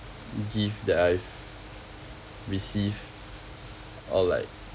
gift that I've receive or like